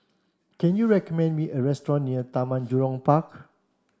can you recommend me a restaurant near Taman Jurong Park